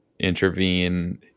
intervene